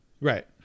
Right